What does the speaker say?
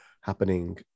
happening